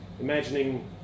imagining